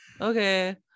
okay